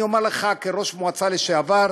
אני אומר לך כראש מועצה לשעבר,